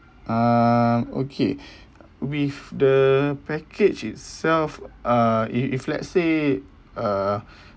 um okay with the package itself uh if if let's say uh